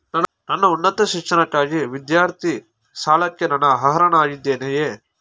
ನನ್ನ ಉನ್ನತ ಶಿಕ್ಷಣಕ್ಕಾಗಿ ವಿದ್ಯಾರ್ಥಿ ಸಾಲಕ್ಕೆ ನಾನು ಅರ್ಹನಾಗಿದ್ದೇನೆಯೇ?